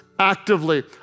Actively